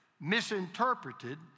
misinterpreted